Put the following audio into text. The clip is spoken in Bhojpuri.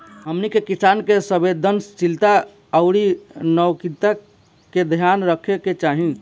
हमनी के किसान के संवेदनशीलता आउर नैतिकता के ध्यान रखे के चाही